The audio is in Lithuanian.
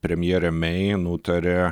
premjerė mei nutarė